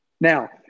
Now